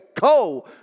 go